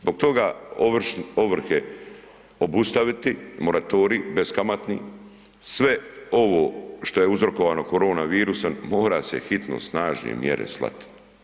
Zbog toga ovrhe obustaviti, moratorij beskamatni, sve ovo što je uzrokovano koronavirusom mora se hitno snažne mjere slat.